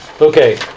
Okay